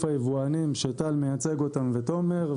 היבואנים שאותם מייצגים טל ותומר,